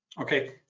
Okay